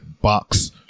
box